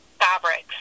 Fabrics